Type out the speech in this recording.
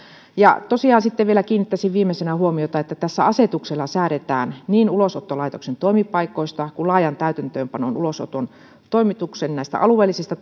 tosiaan sitten vielä kiinnittäisin viimeisenä huomiota siihen että tässä asetuksella säädetään ulosottolaitoksen toimipaikoista laajan täytäntöönpanon ulosoton toimituksen alueellisista